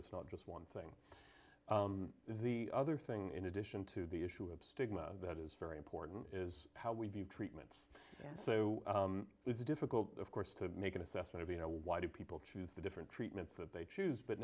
it's not just one thing the other thing in addition to the issue of stigma that is very important is how we view treatment so it's difficult of course to make an assessment of you know why do people choose the different treatments that they choose but